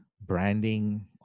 branding